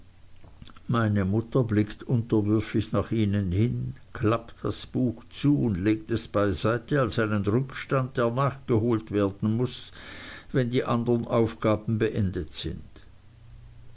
meine mutter blickt unterwürfig nach ihnen hin klappt das buch zu und legt es beiseite als einen rückstand der nachgeholt werden muß wenn die andern aufgaben beendet sind